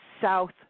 south